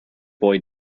boy